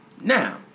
Now